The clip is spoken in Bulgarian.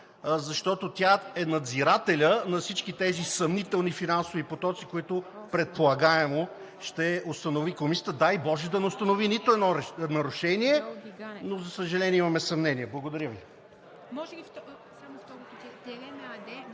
защото тя е надзирателят на всички тези съмнителни финансови потоци, които предполагаемо ще установи комисията. Дай боже, да не установи нито едно нарушение, но за съжаление, имаме съмнения. Благодаря Ви.